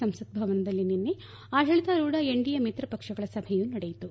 ಸಂಸತ್ ಭವನದಲ್ಲಿ ನಿನ್ನೆ ಆದಳಿತಾರೂಥ ಎನ್ಡಿಎ ಮಿತ್ರ ಪಕ್ಷಗಳ ಸಭೆಯೂ ನಡೆಯಿತು